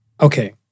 Okay